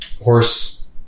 horse